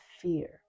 fear